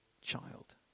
child